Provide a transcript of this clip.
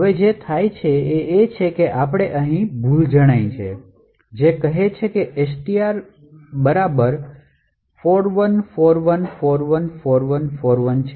હવે જે થાય છે તે છે કે આપણે અહીં ભૂલ જણાય છે જે કહે છે કે STR બરાબર 41414141 છે